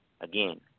again